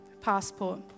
passport